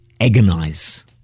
agonize